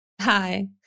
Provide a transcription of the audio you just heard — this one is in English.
Hi